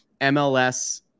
MLS